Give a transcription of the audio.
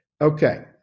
Okay